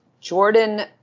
Jordan